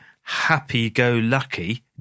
happy-go-lucky